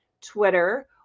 twitter